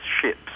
ships